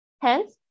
Hence